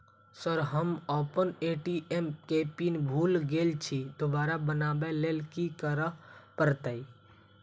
Sir हम अप्पन ATM केँ पिन भूल गेल छी दोबारा बनाबै लेल की करऽ परतै?